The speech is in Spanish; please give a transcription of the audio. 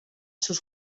sus